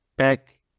back